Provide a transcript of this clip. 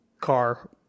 car